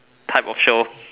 type of show